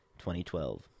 2012